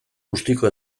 bustiko